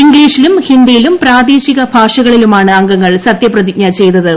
ഇംഗ്ളീഷിലും ഹിന്ദിയിലും പ്രാദേശിക ഭാഷകളിലുമാണ് അംഗങ്ങൾ സത്യപ്രതിജ്ഞ ചെയ്തത്